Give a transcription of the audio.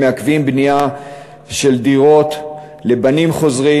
מעכבים בנייה של דירות לבנים חוזרים,